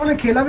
um can't i mean